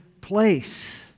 place